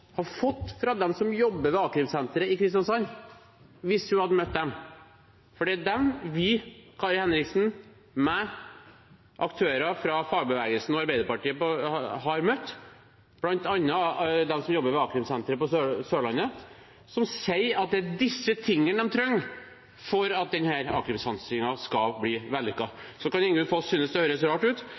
fått fra dem som jobber ved a-krimsenteret i Kristiansand, hvis hun hadde møtt dem. For det er dem vi, Kari Henriksen, jeg, aktører fra fagbevegelsen og Arbeiderpartiet, har møtt, bl.a. de som jobber ved a-krimsenteret på Sørlandet, og som sier at det er dette de trenger for at denne a-krimsentersatsingen skal bli vellykket. Så kan Ingunn Foss synes at det høres rart ut.